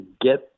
get